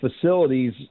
facilities